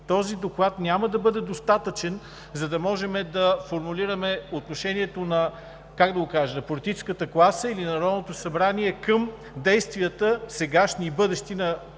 този доклад няма да бъде достатъчен, за да можем да формулираме отношението на политическата класа или Народното събрание към действията, сегашни и бъдещи, на